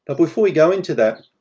but before we go into that,